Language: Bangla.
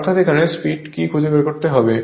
অর্থাৎ এখানে স্পিড কি খুঁজে বের করতে হবে